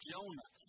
Jonah